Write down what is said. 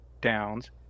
downs